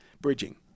bridging